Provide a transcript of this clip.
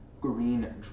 green